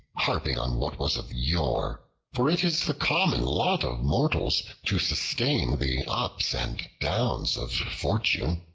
harping on what was of yore, for it is the common lot of mortals to sustain the ups and downs of fortune.